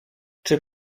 czy